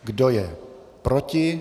Kdo je proti?